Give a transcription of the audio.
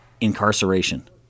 incarceration